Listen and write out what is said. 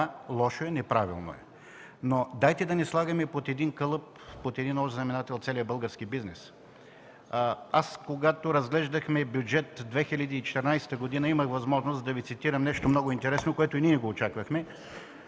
лошо е, неправилно е, но нека не слагаме под един калъп, под един общ знаменател целия български бизнес. Когато разглеждахме Бюджет 2014 г., имах възможност да Ви цитирам нещо много интересно, което и ние очаквахме